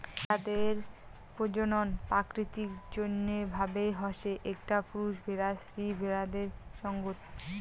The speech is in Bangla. ভেড়াদের প্রজনন প্রাকৃতিক জইন্য ভাবে হসে একটা পুরুষ ভেড়ার স্ত্রী ভেড়াদের সঙ্গত